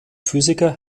physiker